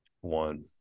one